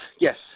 yes